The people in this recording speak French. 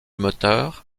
moteur